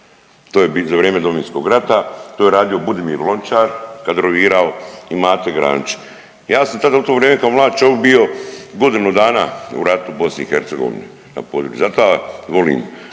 To je bit, za vrijeme Domovinskog rata to je radio Budimir Lončar, kadrovirao i Mate Granić. Ja sam tada u to vrijeme kao mlad čovjek bio godinu dana u ratu u BiH. Zato ja volim